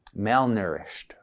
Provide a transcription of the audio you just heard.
malnourished